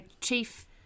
chief